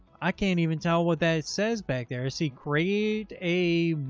i can't even tell what that says back there. see, create a